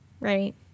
Right